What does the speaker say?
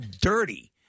dirty